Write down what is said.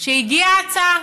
שהגיעה ההצעה.